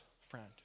friend